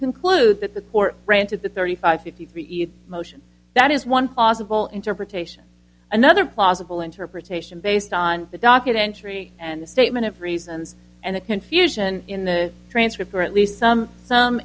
conclude that the court granted the thirty five fifty three e motion that is one possible interpretation another plausible interpretation based on the docket entry and the statement of reasons and the confusion in the transcript or at least some some